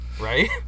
right